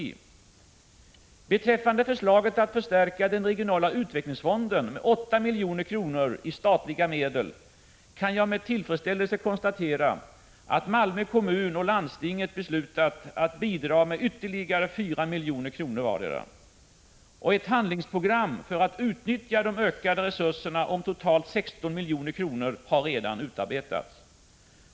2 Beträffande förslaget att förstärka den regionala utvecklingsfonden med 8 milj.kr. i statliga medel kan jag med tillfredsställelse konstatera att Malmö kommun och landstinget beslutat att bidra med ytterligare 4 milj.kr. vardera. Ett handlingsprogram för att utnyttja de utökade resurserna om totalt 16 milj.kr. har redan utarbetats.